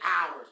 hours